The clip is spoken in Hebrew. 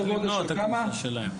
מי היה צריך למנוע את הכניסה שלהם?